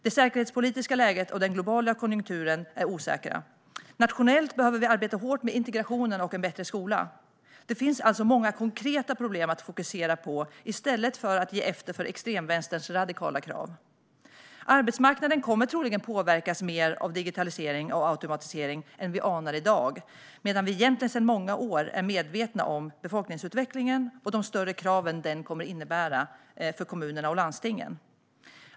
Det säkerhetspolitiska läget och den globala konjunkturen är båda osäkra. Nationellt behöver vi arbeta hårt med integrationen och med en bättre skola. Det finns alltså många konkreta problem att fokusera på i stället för att ge efter för extremvänsterns radikala krav. Arbetsmarknaden kommer troligen att påverkas mer av digitalisering och automatisering än vad vi anar i dag, medan vi sedan många år är medvetna om befolkningsutvecklingen och de större krav som den kommer att innebära på kommuner och landsting.